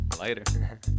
Later